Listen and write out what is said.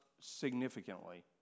significantly